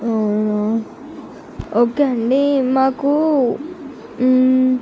అవునా ఓకే అండి మాకు